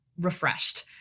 refreshed